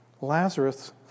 Lazarus